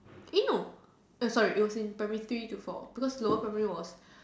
eh no sorry it was in primary three to four because lower primary was